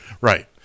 Right